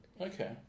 okay